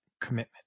commitment